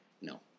No